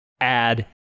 add